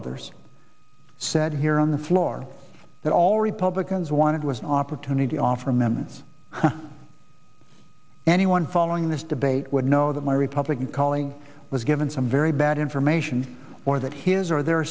others said here on the floor that all republicans wanted was an opportunity offer amendments anyone following this debate would know that my republican colleagues was given some very bad information or that his or their